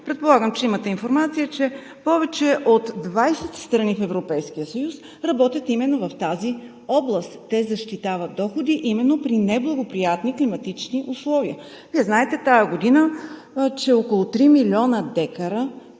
Предполагам, че имате информация, че повече от 20 страни в Европейския съюз работят именно в тази област. Те защитават доходи именно при неблагоприятни климатични условия. Вие знаете, че тази година около 3 млн. декара